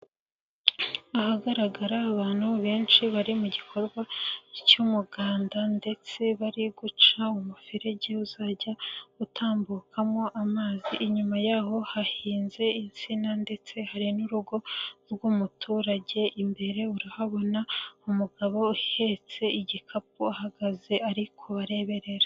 Ahagaragara abantu benshi bari mu gikorwa cy'umuganda ndetse bari guca umuferege uzajya utambukamo amazi, inyuma y'aho hahinze insina ndetse hari n'urugo rw'umuturage imbere urahabona umugabo uhetse igikapu ahagaze ari kubareberera.